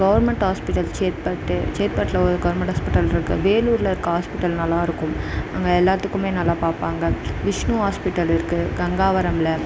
government hospital Chetpet சேட்பட்டில் ஒரு government hospital இருக்குது வேலூர்ல இருக்க ஹாஸ்பிடல் நல்லா இருக்கும் அங்கே எல்லாத்துக்குமே நல்லா பார்ப்பாங்க விஷ்ணு ஹாஸ்பிடல் இருக்குது கங்காவரம்ல